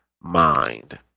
mind